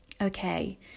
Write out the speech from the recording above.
Okay